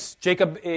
Jacob